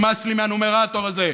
נמאס לי מהנומרטור הזה.